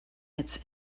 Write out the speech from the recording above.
its